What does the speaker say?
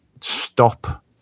stop